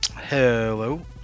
Hello